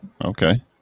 Okay